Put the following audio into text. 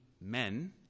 men